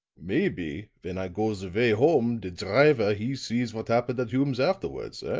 maybe when i goes away home der driver he sees what happened at hume's afterwards, ah?